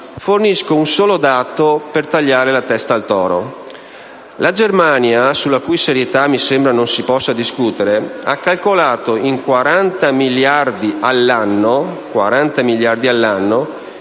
fornisco un solo dato per tagliare la testa al toro: la Germania - sulla cui serietà mi sembra non si possa discutere - ha calcolato in 40 miliardi di euro